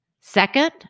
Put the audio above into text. Second